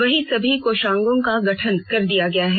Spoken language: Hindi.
वहीं सभी कोषागों का गठन कर दिया गया है